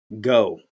go